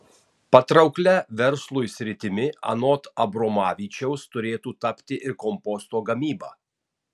patrauklia verslui sritimi anot abromavičiaus turėtų tapti ir komposto gamyba